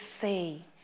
see